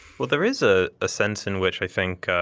but there is a sense in which i think,